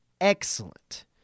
excellent